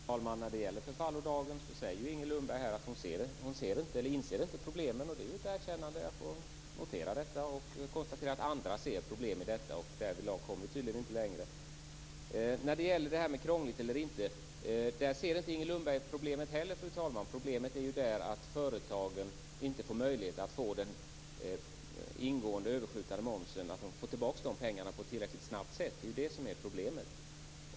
Fru talman! När det gäller förfallodagen säger Inger Lundberg att hon inte inser problemet. Det är ju ett erkännande, och jag får notera detta. Jag konstaterar att andra ser problem i detta, och därvidlag kommer vi tydligen inte längre. Vad gäller frågan om huruvida det är krångligt eller inte ser Inger Lundberg inte heller problemet. Det är ju att företagen inte får möjlighet när det gäller den ingående överskjutande momsen att få tillbaka pengarna på ett tillräckligt snabbt sätt. Det är det som är problemet.